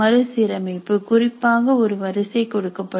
மறுசீரமைப்பு குறிப்பாக ஒரு வரிசை கொடுக்கப்படும்